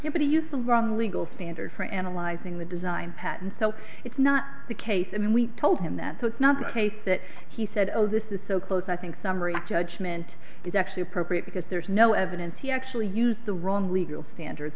put to use the wrong legal standard for analyzing the design patent so it's not the case and we told him that so it's not the case that he said oh this is so close i think summary judgment is actually appropriate because there's no evidence he actually used the wrong legal standard